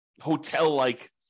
hotel-like